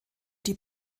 die